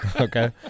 Okay